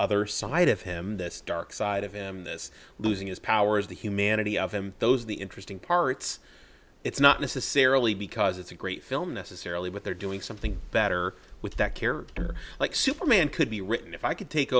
other side of him this dark side of him this losing his powers the humanity of him those the interesting parts it's not necessarily because it's a great film necessarily what they're doing something better with that character like superman could be written if i could take